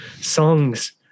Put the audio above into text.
songs